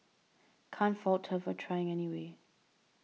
can't fault her for trying anyway